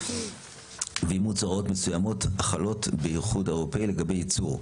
ואימוץ הוראות מסוימות החלות באיחוד האירופי לגבי ייצור,